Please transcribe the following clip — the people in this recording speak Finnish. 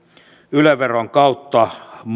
yle veron kautta